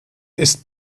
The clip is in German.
ist